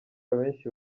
abenshi